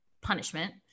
punishment